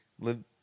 Live